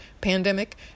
pandemic